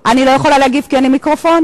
בבקשה.